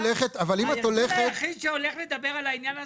הארגון היחיד שהולך לדבר על העניין הזה,